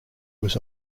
was